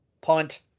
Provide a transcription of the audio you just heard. punt